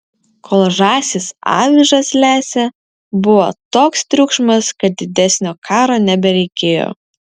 kol žąsys avižas lesė buvo toks triukšmas kad didesnio karo nebereikėjo